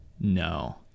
No